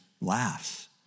laughs